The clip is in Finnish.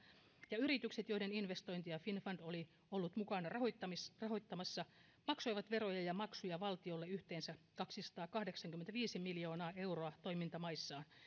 ja yritykset joiden investointeja finnfund oli ollut mukana rahoittamassa rahoittamassa maksoivat veroja ja maksuja valtiolle yhteensä kaksisataakahdeksankymmentäviisi miljoonaa euroa toimintamaissaan